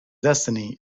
destiny